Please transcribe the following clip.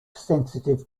sensitive